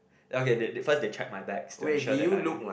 okay they they first they checked my bags to ensure that I didn't